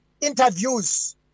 interviews